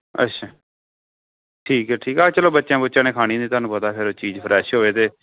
ਅੱਛਾ ਠੀਕ ਹੈ ਠੀਕ ਹੈ ਚਲੋ ਬੱਚਿਆਂ ਬੁੱਚਿਆਂ ਨੇ ਖਾਣੀ ਨੀ ਤੁਹਾਨੂੰ ਪਤਾ ਫਿਰ ਚੀਜ਼ ਫਰੈਸ਼ ਹੋਵੇ ਤੇ